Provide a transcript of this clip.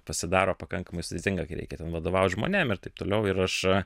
pasidaro pakankamai sudėtinga kai reikia ten vadovaut žmonėms ir taip toliau ir aš